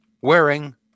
wearing